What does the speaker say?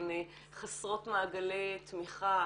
הן חסרות מעגלי תמיכה,